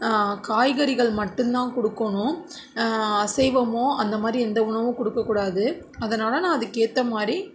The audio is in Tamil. காய்கறிகள் மட்டுந்தான் கொடுக்கணும் அசைவமோ அந்தமாதிரி எந்த உணவும் கொடுக்க கூடாது அதனால் நான் அதுக்கு ஏற்ற மாதிரி